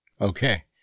Okay